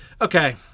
Okay